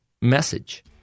message